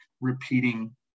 repeating